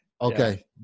Okay